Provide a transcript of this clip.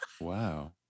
Wow